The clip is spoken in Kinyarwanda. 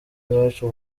iwacu